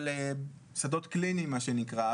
מה שנקרא שדות קליניים,